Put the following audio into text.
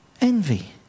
Envy